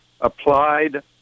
applied